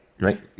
right